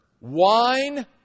wine